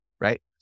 right